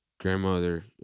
Grandmother